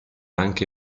anche